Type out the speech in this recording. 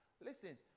listen